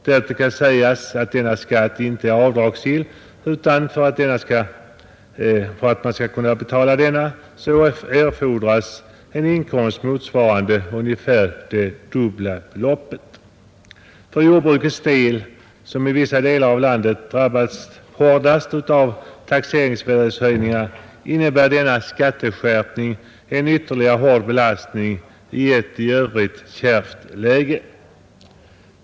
Därtill kan sägas att denna skatt inte är avdragsgill, utan för att man skall kunna betala den erfordras en inkomst motsvarande ungefär det dubbla beloppet. För jordbruket som i vissa delar av landet drabbas hårdast av taxeringsvärdeshöjningarna innebär denna skatteskärpning en ytterligare hård belastning i ett i övrigt kärvt läge.